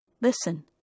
listen